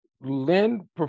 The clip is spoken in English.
Lynn